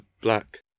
black